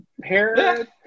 Parrot